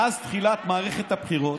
מאז תחילת מערכת הבחירות,